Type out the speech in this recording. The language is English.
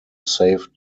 safe